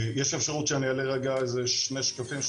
יש אפשרות שאני אעלה רגע איזה שני שקפים?